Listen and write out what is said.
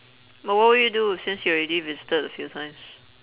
but what would you do since you've already visited a few times